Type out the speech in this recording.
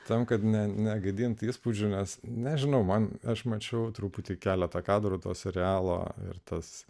tam kad ne negadinti įspūdžio nes nežinau man aš mačiau truputį keletą kadrų tos arealo ir tas